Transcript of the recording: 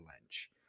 Lynch